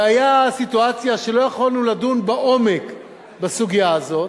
והיתה סיטואציה שלא יכולנו לדון לעומק בסוגיה הזאת,